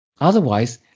otherwise